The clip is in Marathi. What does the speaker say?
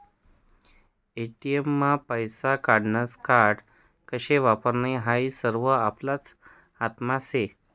ए.टी.एम मा पैसा काढानं कार्ड कशे वापरानं हायी सरवं आपलाच हातमा शे